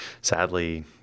sadly